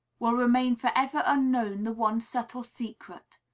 will remain for ever unknown the one subtle secret,